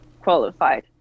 qualified